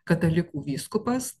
katalikų vyskupas